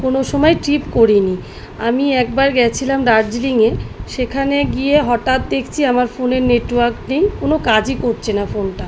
কোনো সমায় ট্রিপ করি নি আমি একবার গেছিলাম দার্জিলিংয়ে সেখানে গিয়ে হঠাৎ দেখছি আমার ফোনে নেটওয়ার্ক নেই কোনো কাজই করছে না ফোনটা